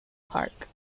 park